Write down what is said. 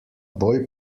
bolj